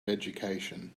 education